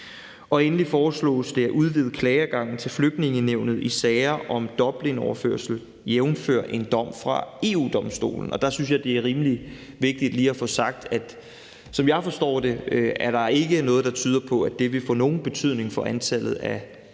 Endelig foreslås det at udvide klageadgangen til Flygtningenævnet i sager om dublinoverførsel, jævnfør en dom fra EU-Domstolen. Der synes jeg, det er rimelig vigtigt lige at få sagt, at som jeg forstår det, er der ikke noget, der tyder på, at det vil få nogen betydning for antallet af